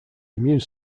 immune